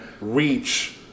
Reach